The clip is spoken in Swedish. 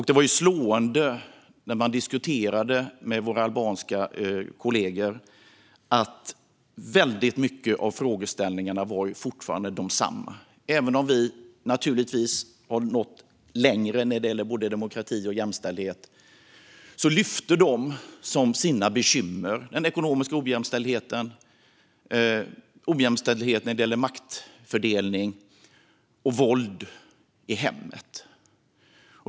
Det var slående när man diskuterade med våra albanska kollegor att väldigt många av frågeställningarna fortfarande var desamma. Även om vi naturligtvis har nått längre när det gäller både demokrati och jämställdhet lyfte de som sina bekymmer fram den ekonomiska ojämställdheten, ojämställdheten när det gäller maktfördelning och våld i hemmet.